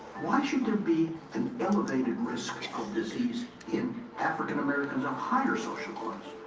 why should there be an elevated risk of disease in african-americans of higher social class?